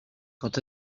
quand